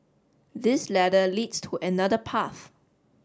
this ladder leads to another path